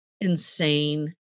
insane